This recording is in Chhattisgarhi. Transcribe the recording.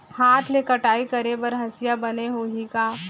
हाथ ले कटाई करे बर हसिया बने होही का?